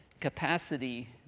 capacity